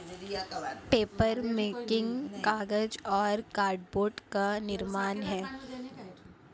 papermaking कागज और cardboard का निर्माण है